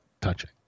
touching